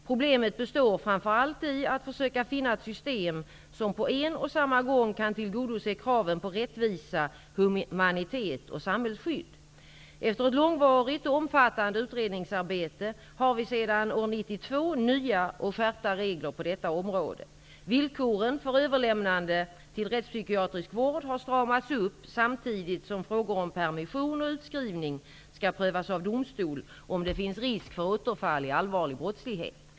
Problemet består framför allt i att försöka finna ett system som på en och samma gång kan tillgodose kraven på rättvisa, humanitet och samhällsskydd. Efter ett långvarigt och omfattande utredningsarbete har vi sedan år 1992 nya och skärpta regler på detta område. Villkoren för överlämnande till rättspsykiatrisk vård har stramats upp samtidigt som frågor om permission och utskrivning skall prövas av domstol, om det finns risk för återfall i allvarlig brottslighet.